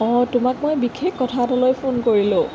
অঁ তোমাক মই বিশেষ কথা এটালৈ ফোন কৰিলোঁ